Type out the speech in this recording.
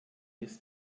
ist